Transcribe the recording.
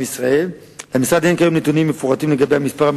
בדרך בן-גוריון 127. היציאה מהחניון היא בצומת מרומזר